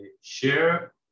share